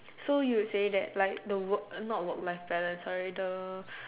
so you say that like the work not work like sorry the